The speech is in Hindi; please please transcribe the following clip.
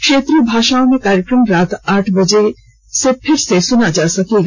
क्षेत्रीय भाषाओं में कार्यक्रम रात आठ बजे फिर सुना जा सकेगा